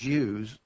Jews